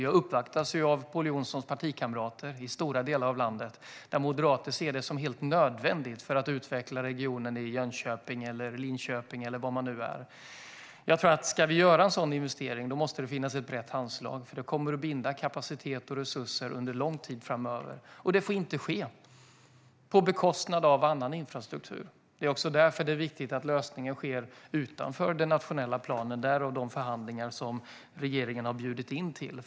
Jag uppvaktas av Pål Jonsons partikamrater i stora delar av landet. Moderater ser detta som helt nödvändigt för att utveckla regionen i Jönköping, Linköping eller var man än bor. Om vi ska göra en sådan investering måste ett brett handslag finnas, för det kommer att binda kapacitet och resurser under lång tid framöver. Det får inte ske på bekostnad av annan infrastruktur. Därför är det också viktigt att lösningen sker utanför den nationella planen, därav de förhandlingar som regeringen har bjudit in till.